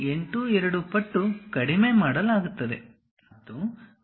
82 ಪಟ್ಟು ಕಡಿಮೆ ಮಾಡಲಾಗುತ್ತದೆ